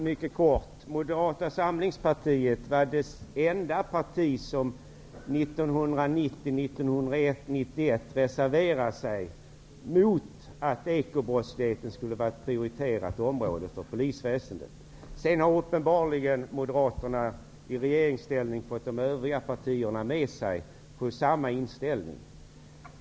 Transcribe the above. Mycket kort: Moderata samlingspartiet var det enda parti som 1990/91 reserverade sig mot att ekobrottsligheten skulle vara ett prioriterat område för polisverksamheten. Sedan har Moderaterna i regeringen uppenbarligen fått de övriga partierna med sig om sin inställning.